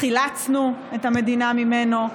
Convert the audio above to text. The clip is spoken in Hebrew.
חילצנו את המדינה ממנו,